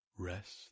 Rest